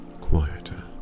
quieter